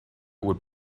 would